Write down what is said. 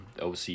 OC